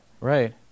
Right